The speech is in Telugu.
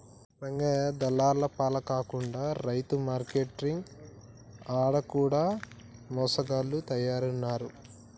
రంగయ్య దళార్ల పాల కాకుండా రైతు మార్కేట్లంటిరి ఆడ కూడ మోసగాళ్ల తయారైనారు